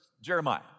Jeremiah